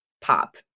pop